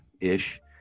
ish